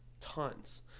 tons